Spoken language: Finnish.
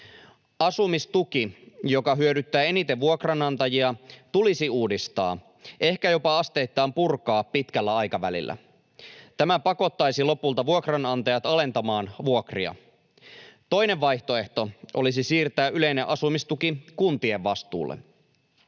Asumistuki, joka hyödyttää eniten vuokranantajia, tulisi uudistaa, ehkä jopa asteittain purkaa pitkällä aikavälillä. Tämä pakottaisi lopulta vuokranantajat alentamaan vuokria. Toinen vaihtoehto olisi siirtää yleinen asumistuki kuntien vastuulle.